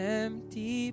empty